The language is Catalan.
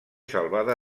salvada